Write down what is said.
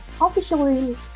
officially